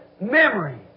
memory